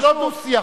זה לא דו-שיח.